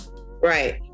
right